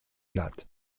glatt